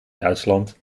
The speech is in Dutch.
duitsland